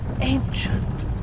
ancient